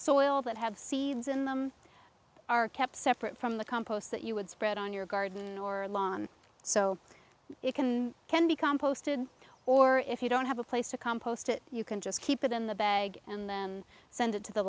soil that have seeds in them are kept separate from the compost that you would spread on your garden or lawn so it can can be composted or if you don't have a place to compost it you can just keep it in the bag and then send it to the